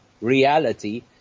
reality